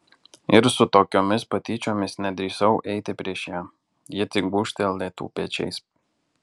ir su tokiomis patyčiomis nedrįsau eiti prieš ją ji tik gūžtelėtų pečiais